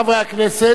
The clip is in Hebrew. הצעה אחרת.